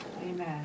Amen